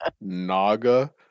Naga